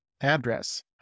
address